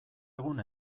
egun